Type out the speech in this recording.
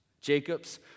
Jacob's